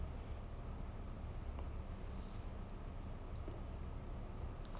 did they find a dragon I don't I don't think so it's like it's